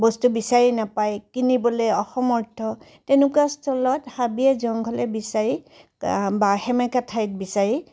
বস্তু বিচাৰি নাপায় কিনিবলৈ অসমৰ্থ তেনেকুৱা স্থলত হাবিয়ে জংঘলে বিচাৰি বা সেমেকা ঠাইত বিচাৰি